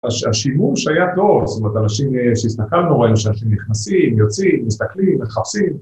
‫השימור שהיה טוב, זאת אומרת, ‫האנשים שהסתכלנו היו שאנשים נכנסים, ‫יוצאים, מסתכלים, מחפשים.